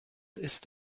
ist